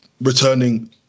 returning